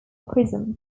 prism